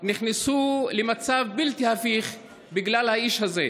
נכנסו למצב בלתי הפיך בגלל האיש הזה.